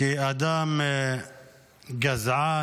כאדם גזען,